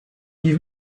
give